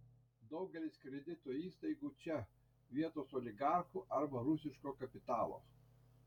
daugelis kredito įstaigų čia vietos oligarchų arba rusiško kapitalo